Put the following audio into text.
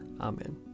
Amen